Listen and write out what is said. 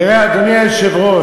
תראה, אדוני היושב-ראש,